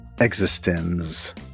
Existence